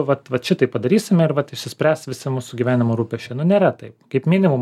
vat vat šitaip padarysime ir vat išsispręs visi mūsų gyvenimo rūpesčiai nu nėra taip kaip minimum